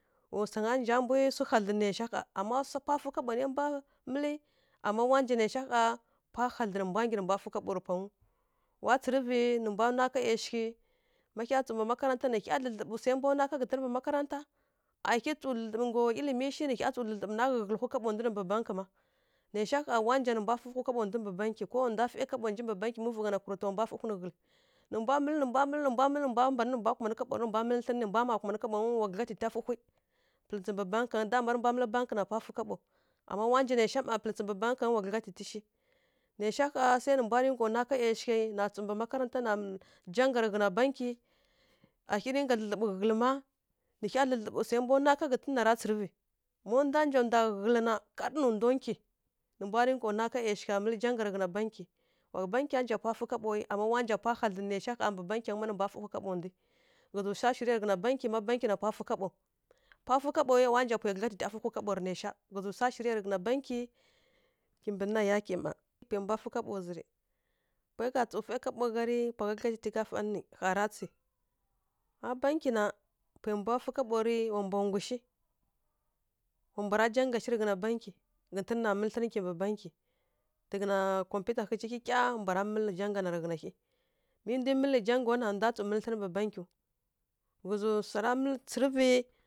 Wa swanga nja mbwi swu hadlǝn, naisha ƙha. Ama swu panai mbwa mǝlǝ, ama wa nja naisha ƙha, pwa hadlǝnǝ mbwa nggyi nǝ mbwa fǝ kaɓo rǝ pwangǝw. Wa tsǝrǝvǝ nǝ mbwa nwa ká ˈyashi, má hya tsǝw mbǝ makaranta na, nǝ hya tsǝw dlǝdlǝɓǝ swai mbwa nwa ghǝtǝn mbǝ makaranta, a hyi tsǝw dlǝdǝɓǝ ngga wa ililimi shi nǝ hya tsǝw dlǝdlǝɓǝ fǝ kaɓo mbǝ nǝ mbǝ bankǝ má. Naisha ƙha wa nja nǝ mbwa fǝfǝhwi kaɓo ndu nǝ mbǝ bankǝ, ko wa ndwa fai kaɓo nji mbǝ bankǝ. Mi vǝw gha na, kurǝtǝ wa mbwa fǝhwi nǝ ghǝlǝ. Nǝ mbwa mǝlǝ, nǝ mbwa mǝlǝ, nǝ mbwa mǝlǝ, nǝ mbwa mban nǝ mbwa kumanǝ kaɓongǝ nǝ mbwa mǝlǝ thlǝn nǝ mbwa mma kumanǝ kaɓongǝw wo wa gǝdlyatitya fǝhwi, pǝlǝtsǝ mbǝ bankanga. Dama mari mbwa mǝlǝ bankǝ na ka fǝ kaɓo. Ama wa nja naisha ƙha pǝlǝtsǝ mbǝ bankangǝ wa gǝdlyatiti shi. Naisha ƙha sai nǝ mbwa dinga nwa ká ˈyashighǝ, na tsǝw mbǝ makaranta na janga rǝghǝn bankyi, a rǝ ngga dlǝdlǝɓǝ ghǝlǝ mma, nǝ hya dlǝdlǝɓǝ swai mbwa nwa ká ghǝtǝn nara tsǝrǝvǝ. Má ndwa nja ndwa ghǝlǝ na kar nǝ ndwa nkyi, nǝ mbwa rǝ ngga nwa ka ˈyashigha mǝlǝ janga rǝghǝn bankyi. Bankya nja pwa fǝ kaɓowu ama wa nja pwa hadlǝn naisha ƙha mbǝ bankyangǝ má nǝ mbwa fǝhwi kaɓo ndwi. Ghǝzǝ swa shirǝ ya tǝghna bankyi, má bankyi na pwa fǝ kaɓo. Pwa fǝ kaɓo wa nja pwai ghǝlatitya fǝhwi kaɓo rǝ naisha. Ghǝzǝ swa shirǝ ya tǝghǝna bankyi kimbǝ na yakya mma, pwai mbwa fǝ kaɓo zǝ rǝ, pwai gha tsǝw fai kaɓo gha rǝ ƙha ra tsǝ. Má bankyi na, pwai mbwa fǝ kaɓo rǝ wa mbwa nggu shi, mbwara janga shi rǝ ghǝna bankyi ghǝtǝn na mǝlǝ thlǝn kimbǝ bankyi, tǝ ghǝna compǝta ghǝzǝ kyikya mbwara mǝlǝ janga na rǝ ghǝna hyi. Mi ndwi mǝlǝ jangaw na ndwa tsǝw mǝlǝ thlǝn mbǝ bankyiw. Ghǝzǝ swara mǝlǝ tsǝrǝ